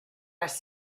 las